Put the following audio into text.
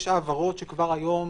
יש העברות כבר היום,